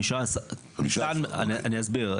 15. אני אסביר.